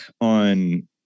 on